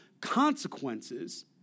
consequences